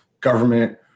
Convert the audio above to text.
government